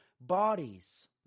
bodies